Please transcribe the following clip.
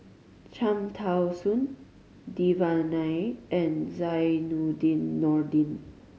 Cham Tao Soon Devan Nair and Zainudin Nordin